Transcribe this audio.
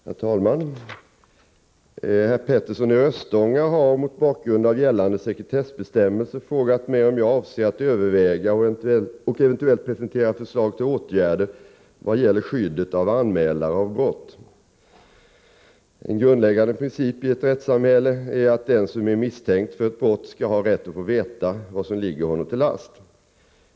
Herr talman! Hans Petersson i Röstånga har — mot bakgrund av gällande sekretessbestämmelser — frågat mig om jag avser att överväga och eventuellt presentera förslag till åtgärder vad gäller skyddet av anmälare av brott. En grundläggande princip i ett rättssamhälle är att den som är misstänkt för ett brott skall ha rätt att få veta vad som ligger honom till last.